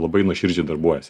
labai nuoširdžiai darbuojasi